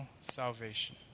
salvation